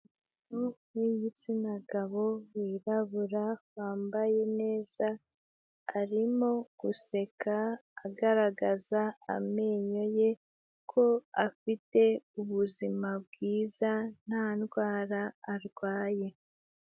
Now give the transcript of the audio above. N'umuntu w'igitsina gabo wirabura bambaye neza, arimo guseka agaragaza amenyo ye ko afite ubuzima bwiza nta ndwara arwaye.